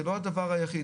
זה לא הדבר היחיד,